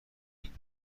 ایمن